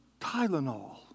Tylenol